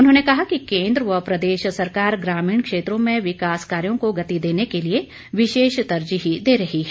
उन्होंने कहा कि केन्द्र व प्रदेश सरकार ग्रामीण क्षेत्रों में विकास कार्यों को गति देने के लिए विशेष तरजीह दे रही है